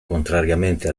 contrariamente